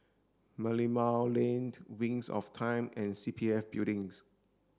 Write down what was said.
Merlimau Lane Wings of Time and C P F Buildings